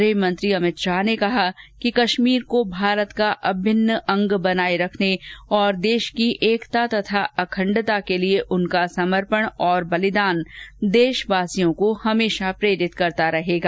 गृह मंत्री अमित शाह ने कहा कि कश्मीर को भारत का अभिन्न अंग बनाये रखने और देश की एकता और अखंडता के लिए उनका समर्पण और बलिदान देशवासियों को हमेशा प्रेरित करता रहेगा